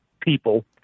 people